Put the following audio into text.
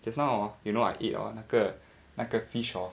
just now hor you know I ate hor 那个那个 fish hor